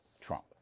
Trump